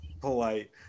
polite